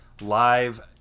live